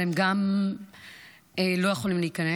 הם גם לא יכולים להיכנס.